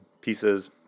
pieces